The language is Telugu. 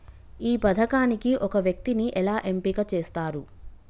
ఈ పథకానికి ఒక వ్యక్తిని ఎలా ఎంపిక చేస్తారు?